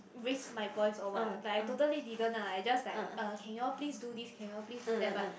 raise my voice or what like I totally didn't lah I just like uh can you all please do this can you all please do that but